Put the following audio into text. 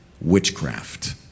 witchcraft